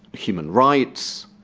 human rights,